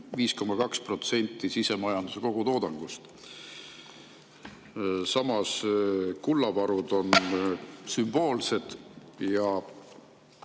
5,2% sisemajanduse kogutoodangust. Samas kullavarud on sümboolsed ja